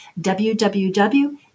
www